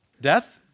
Death